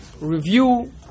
review